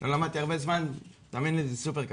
שלא למדתי הרבה זמן, תאמין לי, זה סופר קשה.